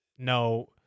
No